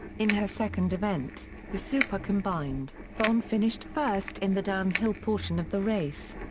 in her second event, the super combined, vonn finished first in the downhill portion of the race.